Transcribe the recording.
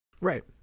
Right